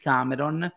Cameron